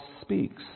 speaks